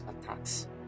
attacks